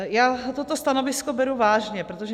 Já toto stanovisko beru vážně, protože